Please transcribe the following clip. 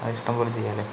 അതിഷ്ട്ം പോലെ ചെയ്യാമല്ലെ